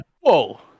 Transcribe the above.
whoa